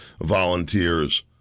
volunteers